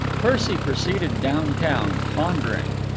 percy proceeded down-town, pondering.